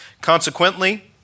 Consequently